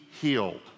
healed